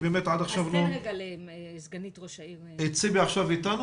נמצאת אתנו סגנית ראש העיר תל אביב-יפו.